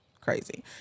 crazy